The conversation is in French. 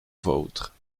vôtre